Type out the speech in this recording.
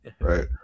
right